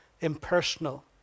impersonal